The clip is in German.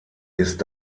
ist